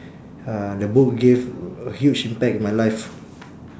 uh the book gave a huge impact in my life